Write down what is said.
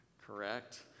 correct